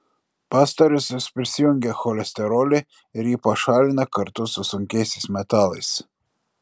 pastarosios prisijungia cholesterolį ir jį pašalina kartu su sunkiaisiais metalais